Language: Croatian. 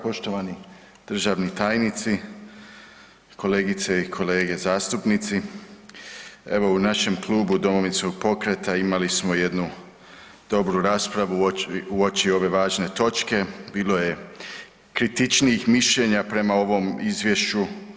Poštovani državni tajnici, kolegice i kolege zastupnici evo u našem klubu Domovinskog pokreta imali smo jednu dobru raspravu uoči ove važne točke, bilo je kritičnijih mišljenja prema ovom izvješću.